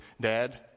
dad